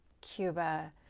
Cuba